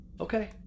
Okay